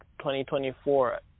2024